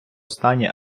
стані